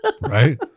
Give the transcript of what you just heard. Right